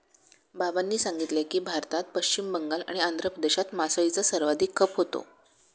बाबांनी सांगितले की, भारतात पश्चिम बंगाल आणि आंध्र प्रदेशात मासळीचा सर्वाधिक खप होतो